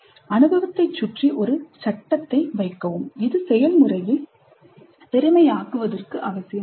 ' அனுபவத்தைச் சுற்றி ஒரு சட்டகத்தை வைக்கவும் இது செயல்முறையை திறமையாக்குவதற்கு அவசியம்